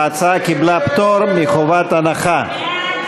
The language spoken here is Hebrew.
ההצעה קיבלה פטור מחובת הנחה.